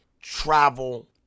travel